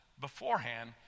beforehand